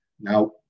Now